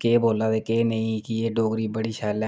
केह् बोल्ला दे केह् नेईं कि एह् डोगरी बड़ी शैल